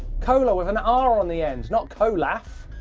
kolar with an r on the end, not kolaf.